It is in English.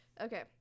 okay